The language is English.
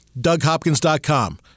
DougHopkins.com